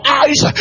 eyes